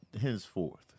henceforth